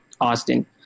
Austin